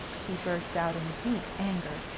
she burst out in deep anger,